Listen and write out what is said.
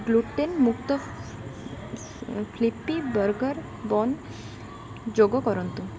gluten ମୁକ୍ତ fluffy burger bun ଯୋଗ କରନ୍ତୁ